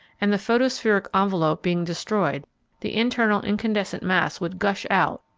and the photospheric envelope being destroyed the internal incandescent mass would gush out,